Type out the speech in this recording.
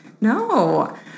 No